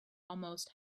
almost